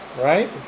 right